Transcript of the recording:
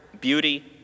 beauty